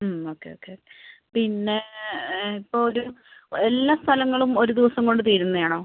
okay okay okay പിന്നെ ഇപ്പോൾ ഒരു എല്ലാ സ്ഥലങ്ങളും ഒരു ദിവസം കൊണ്ട് തീരുന്നതാണോ